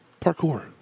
Parkour